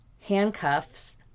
handcuffs